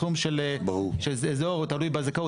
תלוי בזכאות,